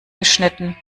geschnitten